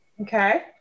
Okay